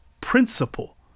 principle